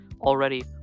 already